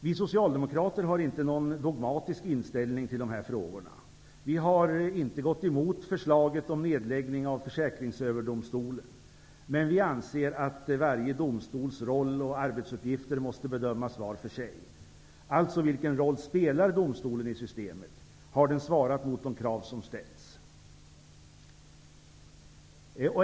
Vi socialdemokrater har inte någon dogmatisk inställning till dessa frågor. Vi har inte gått emot förslaget om nedläggning av Försäkringsöverdomstolen. Men vi anser att varje domstols roll och arbetsuppgifter måste bedömas var för sig. Alltså: Vilken roll spelar domstolen i systemet? Har den svarat mot de krav som har ställts?